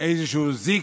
איזשהו זיק,